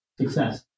success